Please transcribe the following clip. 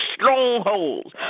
strongholds